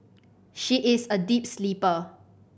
she is a deep sleeper